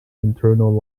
internal